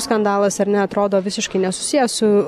skandalas ar ne atrodo visiškai nesusiję su